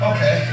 Okay